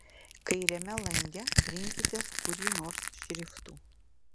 kairiame lange rinkitės kurį nors šriftų